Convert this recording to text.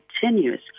continuous